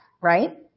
right